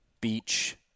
beach